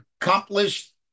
accomplished